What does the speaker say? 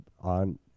on